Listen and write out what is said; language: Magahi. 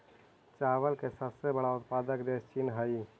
चावल के सबसे बड़ा उत्पादक देश चीन हइ